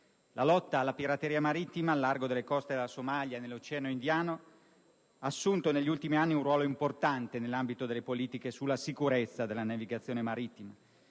La lotta alla pirateria marittima a largo delle coste della Somalia e nell'Oceano Indiano ha assunto negli ultimi anni un ruolo importante nell'ambito delle politiche sulla sicurezza della navigazione marittima